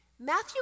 Matthew